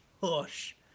hush